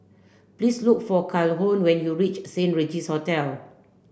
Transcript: please look for Calhoun when you reach Saint Regis Hotel